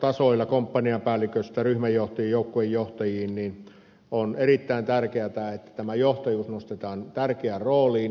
tasoilla komppanian päälliköstä ryhmänjohtajiin ja joukkueenjohtajiin on erittäin tärkeätä että johtajuus nostetaan tärkeään rooliin